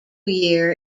year